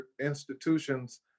institutions